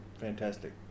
fantastic